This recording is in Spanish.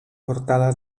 portada